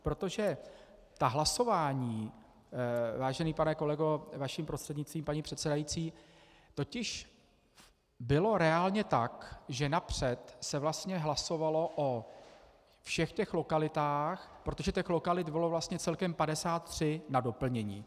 Protože to hlasování, vážený pane kolego, vaším prostřednictvím, paní předsedající, totiž bylo reálně tak, že napřed se vlastně hlasovalo o všech lokalitách protože lokalit bylo vlastně celkem 53, na doplnění.